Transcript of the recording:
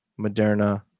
Moderna